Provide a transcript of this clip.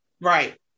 Right